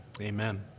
amen